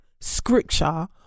scripture